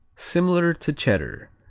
similar to cheddar.